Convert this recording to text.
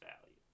value